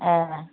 ए